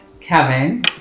Kevin